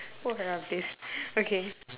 who heard of this okay